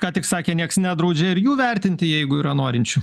ką tik sakė nieks nedraudžia ir jų vertinti jeigu yra norinčių